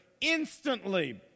instantly